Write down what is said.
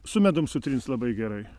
su medum sutrinc labai gerai